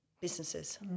Businesses